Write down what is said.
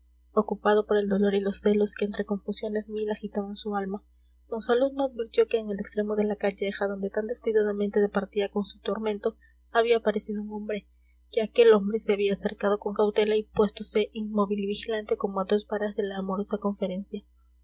ocupado por el dolor y los celos que entre confusiones mil agitaban su alma monsalud no advirtió que en el extremo de la calleja donde tan descuidadamente departía con su tormento había aparecido un hombre que aquel hombre se había acercado con cautela y puéstose inmóvil y vigilante como a dos varas de la amorosa conferencia